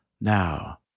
now